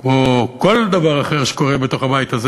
כמו כל דבר אחר שקורה בתוך בית הזה,